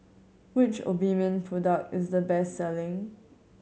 which Obimin product is the best selling